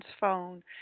phone